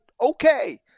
okay